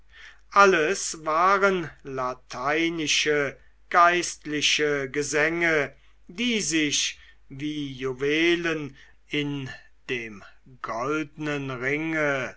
alles waren lateinische geistliche gesänge die sich wie juwelen in dem goldnen ringe